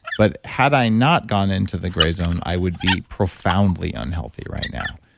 but had i not gone into the gray zone, i would be profoundly unhealthy right now.